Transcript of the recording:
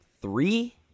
three